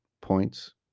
points